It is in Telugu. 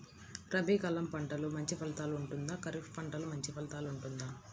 రబీ కాలం పంటలు మంచి ఫలితాలు ఉంటుందా? ఖరీఫ్ పంటలు మంచి ఫలితాలు ఉంటుందా?